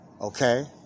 Okay